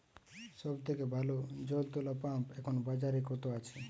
সব থেকে ভালো জল তোলা পাম্প এখন বাজারে কত আছে?